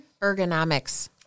Ergonomics